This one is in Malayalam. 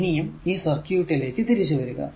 ഇനിയും ഈ സർക്യൂട് ലേക്ക് തിരിച്ചു വരിക